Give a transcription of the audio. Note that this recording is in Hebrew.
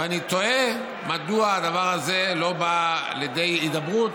ואני תוהה מדוע הדבר הזה לא בא לידי הידברות,